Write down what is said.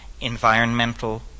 environmental